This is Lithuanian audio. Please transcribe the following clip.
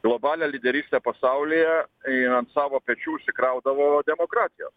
globalią lyderystę pasaulyje ir ant savo pečių užsikraudavo demokratijos